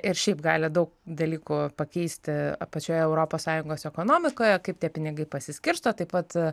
ir šiaip gali daug dalykų pakeisti pačioje europos sąjungos ekonomikoje kaip tie pinigai pasiskirsto taip pat